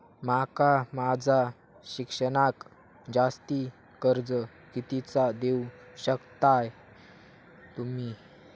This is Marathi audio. माका माझा शिक्षणाक जास्ती कर्ज कितीचा देऊ शकतास तुम्ही?